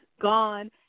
gone